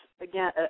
again